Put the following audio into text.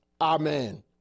amen